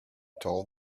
told